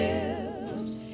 Lips